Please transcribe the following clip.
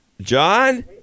John